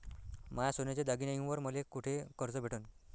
माया सोन्याच्या दागिन्यांइवर मले कुठे कर्ज भेटन?